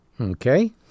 Okay